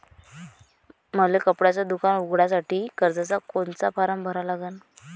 मले कपड्याच दुकान उघडासाठी कर्जाचा कोनचा फारम भरा लागन?